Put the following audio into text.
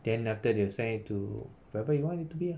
then then after that they will send it to wherever you want it to be ah